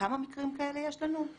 כמה מקרים כאלה יש לנו?